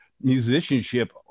musicianship